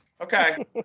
Okay